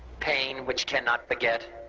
pain which cannot forget,